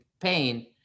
pain